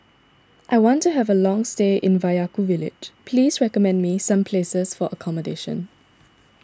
I want to have a long stay in Vaiaku Village please recommend me some places for accommodation